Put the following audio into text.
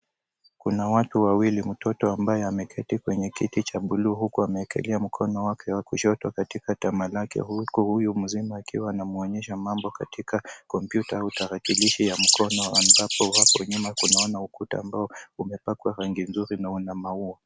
Kuna watu wawili, mtoto ambaye ameketi kwenye kiti cha bluu huku ameekelea mkono wake wa kushoto katika tama lake huku huyu mzima akiwa anamwonesha mambo katika kompyuta au tarakilishi ya mkono ambapo hapo nyuma tunaona ukuta ambao umepakwa rangi nzuri na una maua.